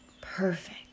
Perfect